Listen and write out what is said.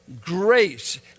grace